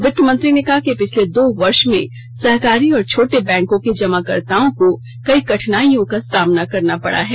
वित्तमंत्री ने कहा कि पिछले दो यर्ष में सहकारी और छोटे बैंको के जमाकर्ताओं को कई कठिनाईयों का सामना करना पड़ा है